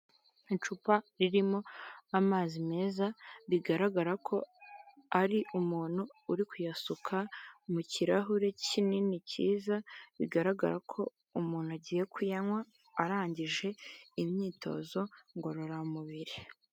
Icupa ririmo amazi meza, bigaragara ko ari umuntu uri kuyasuka mu kirahure kinini, cyiza, bigaragara ko umuntu agiye kuyanywa, arangije imyitozo ngororamubiri.